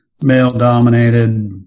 male-dominated